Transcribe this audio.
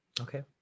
Okay